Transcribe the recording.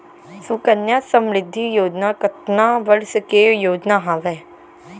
सुकन्या समृद्धि योजना कतना वर्ष के योजना हावे?